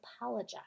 apologize